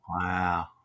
Wow